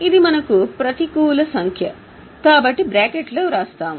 ఇది మనకు ప్రతికూల సంఖ్య కాబట్టి బ్రాకెట్లో వ్రాస్తాము